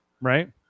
Right